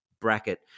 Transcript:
bracket